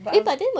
but um